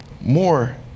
more